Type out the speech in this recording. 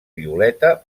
violeta